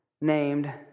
named